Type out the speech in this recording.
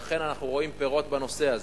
ואכן אנחנו רואים פירות בנושא הזה.